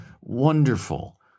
wonderful